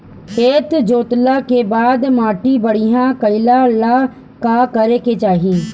खेत जोतला के बाद माटी बढ़िया कइला ला का करे के चाही?